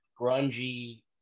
grungy